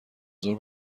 ظهر